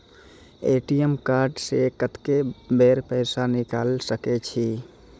ATM card से कत्तेक बेर पैसा निकाल सके छी?